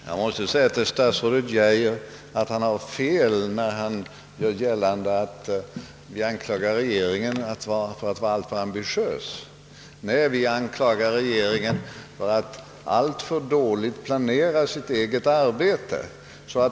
Herr talman! Statsrådet Geijer har fel när han gör gällande att vi anklagar regeringen för att vara alltför ambitiös. Vi anklagar regeringen för att alltför dåligt planera sitt eget arbete.